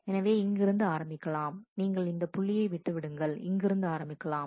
எனவே இங்கிருந்து ஆரம்பிக்கலாம் நீங்கள் இந்த புள்ளியை விட்டுவிடுங்கள் இங்கிருந்து ஆரம்பிக்கலாம்